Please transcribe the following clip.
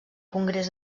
congrés